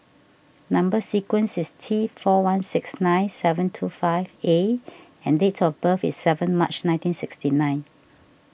Number Sequence is T four one six nine seven two five A and date of birth is seven March nineteen sixty nine